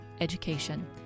education